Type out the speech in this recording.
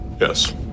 Yes